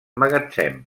magatzem